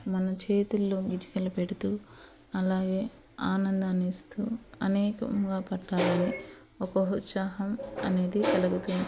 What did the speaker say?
మన చేతుల్లో గిచికలు పెడుతూ అలాగే ఆనందాన్నిస్తూ అనేకంగా పట్టాలని ఒక ఉత్సాహం అనేది కలుగుతుంది